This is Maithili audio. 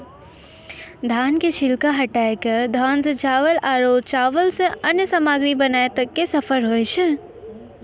धान के छिलका हटाय कॅ धान सॅ चावल आरो चावल सॅ अन्य सामग्री बनाय तक के सफर होय छै